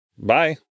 Bye